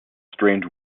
strange